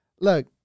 look